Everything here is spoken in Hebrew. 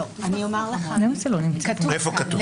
לא, אבל כתוב כאן.